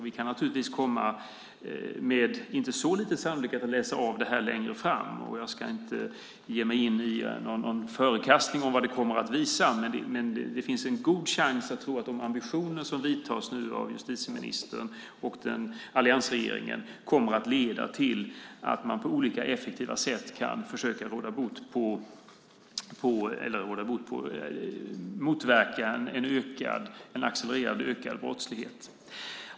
Vi kan naturligtvis med inte så lite sannolikhet komma att läsa av det här längre fram, och jag ska inte ge mig in på att försöka förutspå vad detta kommer att visa, men det finns en god chans att tro att de ambitioner som nu finns hos justitieministern och alliansregeringen kommer att leda till att man på olika effektiva sätt kan motverka en accelererad ökning av brottsligheten.